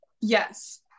yes